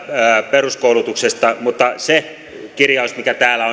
peruskoulutuksesta mutta se kirjaus mikä täällä